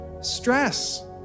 Stress